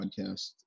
podcast